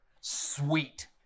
Sweet